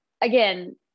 again